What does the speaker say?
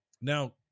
now